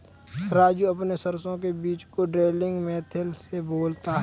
राजू अपने सरसों के बीज को ड्रिलिंग मेथड से बोता है